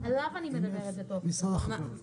אני אומרת איך אנחנו כממשלה שמתכוונת